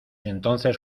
entonces